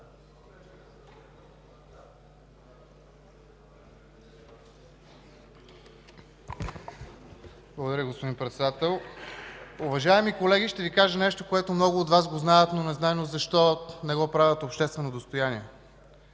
Благодаря, господин Председател. Уважаеми колеги, ще Ви кажа нещо, което много от Вас го знаят, но незнайно защо не го правят обществено достояние.